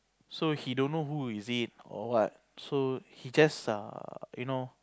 so he don't know who is it or what so he just err you know